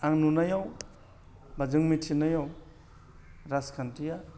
आं नुनायाव बा जों मिथिनायाव राजखान्थिया